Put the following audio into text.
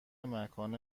مکان